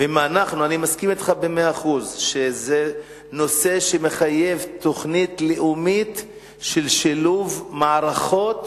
אני מסכים אתך במאה אחוז שזה נושא שמחייב תוכנית לאומית של שילוב מערכות